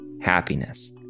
happiness